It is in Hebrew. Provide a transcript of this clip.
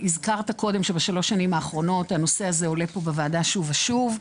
הזכרת קודם שבשלוש השנים האחרונות הנושא הזה עולה פה בוועדה שוב ושוב,